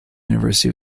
university